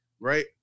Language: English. right